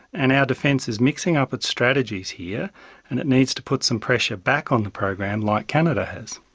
and our defence is mixing up its strategies here and it needs to put some pressure back on the program like canada has.